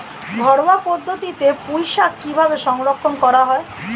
ঘরোয়া পদ্ধতিতে পুই শাক কিভাবে সংরক্ষণ করা হয়?